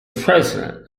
president